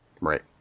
Right